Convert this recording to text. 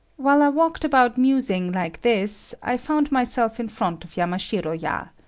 while i walked about musing like this, i found myself in front of yamashiro-ya.